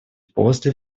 после